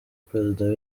president